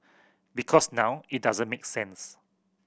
because now it doesn't make sense